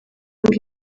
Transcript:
ngo